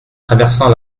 traversant